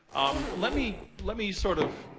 um let me let me, sort of,